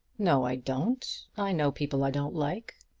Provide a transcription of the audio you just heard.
no i don't. i know people i don't like.